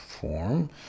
form